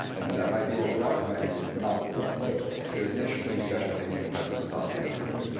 and that might be what we want, it might be not what we want. so it was an interesting discussion, i think people had different thoughts on that topic.